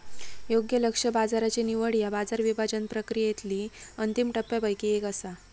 योग्य लक्ष्य बाजाराची निवड ह्या बाजार विभाजन प्रक्रियेतली अंतिम टप्प्यांपैकी एक असा